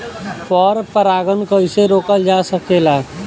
पर परागन कइसे रोकल जा सकेला?